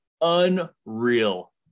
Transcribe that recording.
unreal